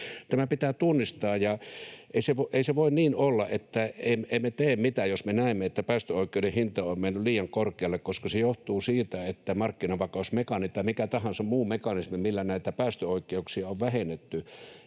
Tämä pitää tunnistaa, ja ei se voi niin olla, että emme tee mitään, jos me näemme, että päästöoikeuden hinta on mennyt liian korkealle, koska se johtuu siitä, että markkinavakausmekanismi tai mikä tahansa muu mekanismi, millä näitä päästöoikeuksia on vähennetty,